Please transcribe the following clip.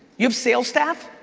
you have sales staff?